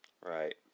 right